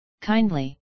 kindly